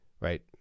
right